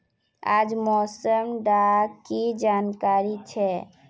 आज मौसम डा की जानकारी छै?